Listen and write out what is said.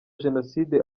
jenoside